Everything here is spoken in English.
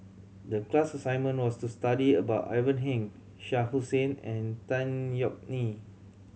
the class assignment was to study about Ivan Heng Shah Hussain and Tan Yeok Nee